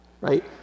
Right